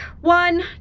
One